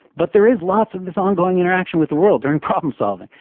but there is lots of this ongoing interaction with the world during problem solving.